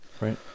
Right